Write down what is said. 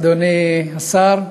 אדוני השר,